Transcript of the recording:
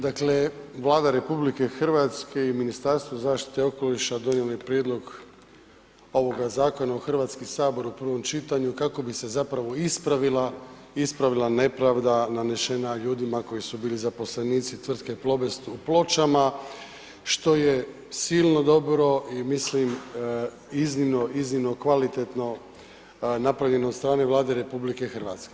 Dakle, Vlada RH i Ministarstvo zaštite okoliša donijelo je prijedlog ovoga zakona u HS u prvom čitanju kako bi se zapravo ispravila nepravda nanesena ljudima koji su bili zaposlenici tvrtke Plobest u Pločama što je silno dobro i mislim iznimno, iznimno kvalitetno napravljeno od strane Vlade RH.